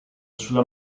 sulla